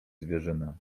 zwierzynę